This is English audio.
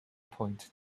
point